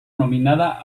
nominada